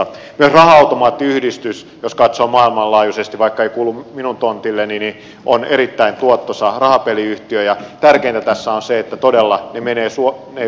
myös raha automaattiyhdistys jos katsoo maailmanlaajuisesti vaikka ei kuulu minun tontilleni on erittäin tuottoisa rahapeliyhtiö ja tärkeintä tässä on se että todella ne voitot menevät edunsaajille